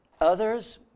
Others